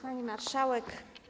Pani Marszałek!